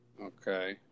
Okay